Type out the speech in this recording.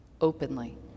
openly